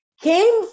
came